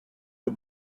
too